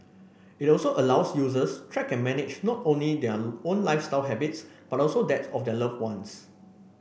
it also allows users track and manage not only their own lifestyle habits but also that of their loved ones